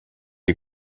est